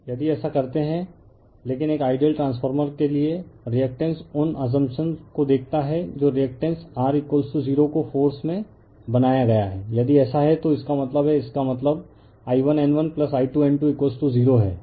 यदि ऐसा करते हैं लेकिन एक आइडियल ट्रांसफॉर्मर के लिए रिएक्टेंस उन असंपशन को देखता है जो रिएक्टेंस R0 को फ़ोर्स में बनाया गया है यदि ऐसा है तो इसका मतलब है इसका मतलब I1N1I2N20 है